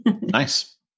Nice